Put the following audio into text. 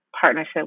partnership